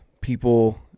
people